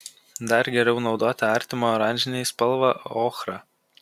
dar geriau naudoti artimą oranžinei spalvą ochrą